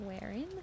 wearing